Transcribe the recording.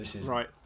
right